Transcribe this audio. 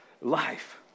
life